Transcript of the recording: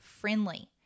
friendly